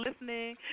listening